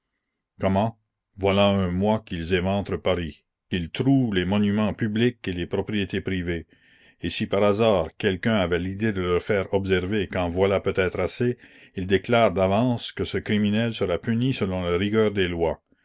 comment voilà un mois qu'ils éventrent paris qu'ils trouent les monuments publics et les propriétés privées et si par hasard quelqu'un avait l'idée de leur faire observer qu'en voilà peut-être assez ils déclarent d'avance que ce criminel sera puni selon la rigueur des lois